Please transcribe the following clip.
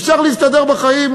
אפשר להסתדר בחיים.